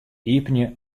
iepenje